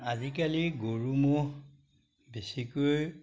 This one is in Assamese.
আজিকালি গৰু ম'হ বেছিকৈ